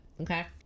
Okay